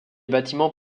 bâtiments